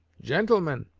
gentlemen,